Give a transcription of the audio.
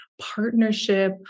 partnership